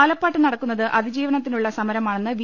ആലപ്പാട് നടക്കുന്നത് അതിജീവനത്തിനുള്ള സമരമാണെന്ന് വി